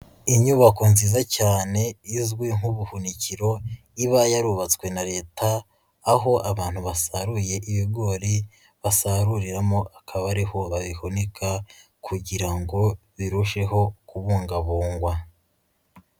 Inyubako nziza cyane izwi nk'ubuhunikiro, iba yarubatswe na leta, aho abantu basaruye ibigori basaruriramo, akaba ari ho babihunika kugira ngo birusheho kubungabungwa.